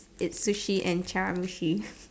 it's sushi and chawanmushi